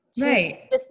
Right